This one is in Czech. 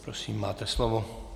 Prosím, máte slovo.